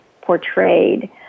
portrayed